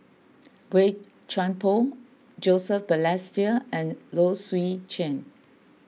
Boey Chuan Poh Joseph Balestier and Low Swee Chen